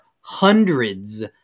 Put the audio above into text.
hundreds